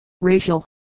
racial